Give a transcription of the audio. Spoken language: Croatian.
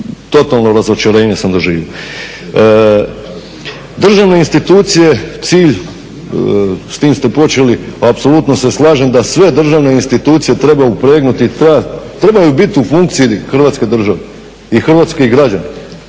totalno razočarenje doživio. Državne institucije cilj, s tim ste počeli, apsolutno se slažem da sve državne institucije treba upregnuti, trebaju biti u funkciji Hrvatske države i hrvatskih građana.